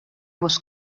was